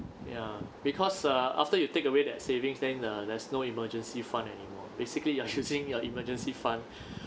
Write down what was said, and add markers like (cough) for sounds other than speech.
ya because uh after you take away that savings then uh there's no emergency fund anymore basically you are using (laughs) your emergency fund (breath)